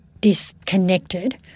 disconnected